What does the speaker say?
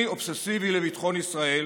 אני אובססיבי לביטחון ישראל,